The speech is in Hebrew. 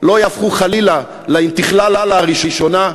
לא יהפכו חלילה לאינתיחללה הראשונה,